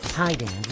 hiding